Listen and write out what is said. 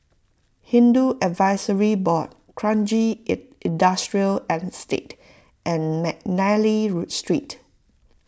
Hindu Advisory Board Kranji it Industrial Estate and McNally Street